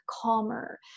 calmer